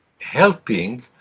helping